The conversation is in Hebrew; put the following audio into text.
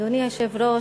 אדוני היושב-ראש,